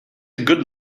good